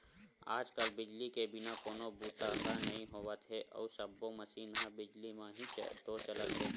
आज कल बिजली के बिना कोनो बूता ह नइ होवत हे अउ सब्बो मसीन ह बिजली म ही तो चलत हे